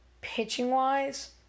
Pitching-wise